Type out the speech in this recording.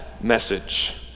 message